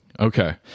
Okay